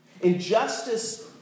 Injustice